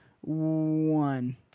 one